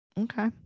okay